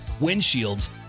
windshields